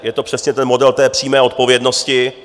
Je to přesně ten model té přímé odpovědnosti.